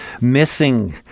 Missing